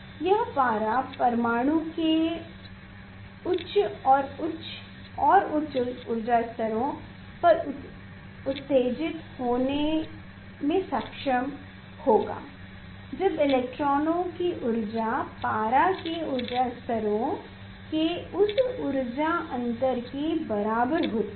यह पारा परमाणु के उच्च और उच्च और उच्च ऊर्जा स्तरों पर उत्तेजित होने में सक्षम होगा जब इलेक्ट्रॉनों की ऊर्जा पारा के ऊर्जा स्तरों के उस ऊर्जा अंतर के बराबर होती है